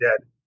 Dead